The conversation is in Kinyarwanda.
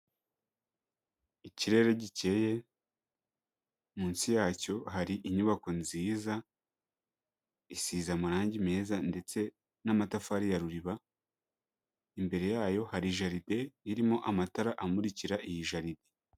Ikirere gikeye, munsi yacyo hari inyubako nziza, isize amarangi meza ndetse n'amatafari ya Ruriba, imbere yayo hari jaride irimo amatara amurikira iyi jaride.